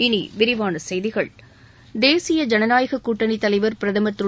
இனி விரிவான செய்திகள் தேசிய ஜனநாயகக் கூட்டணித் தலைவா் பிரதமா் திரு